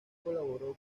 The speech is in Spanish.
colaboró